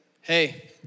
hey